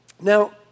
Now